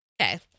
Okay